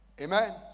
Amen